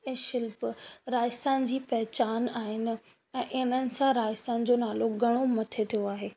ऐं शिल्प राजस्थान जी पहचान आहिनि ऐं इन्हनि सां राजस्थान जो नालो घणो मथे थियो आहे